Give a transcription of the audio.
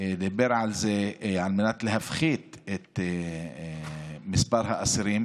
דיבר עליהם כדי להפחית את מספר האסירים